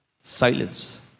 Silence